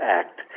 act